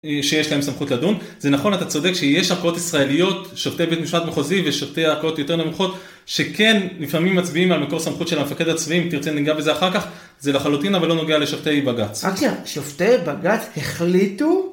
שיש להם סמכות לדון. זה נכון, אתה צודק שיש ערכאות ישראליות, שופטי בית משפט מחוזי ושופטי ערכאות יותר נמוכות שכן, לפעמים מצביעים על מקור סמכות של המפקד הצבאי אם תרצה ניגע בזה אחר כך, זה לחלוטין אבל לא נוגע לשופטי בגץ. רק שניה, שופטי בגץ החליטו?